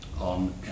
on